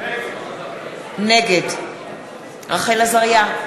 נגד רחל עזריה,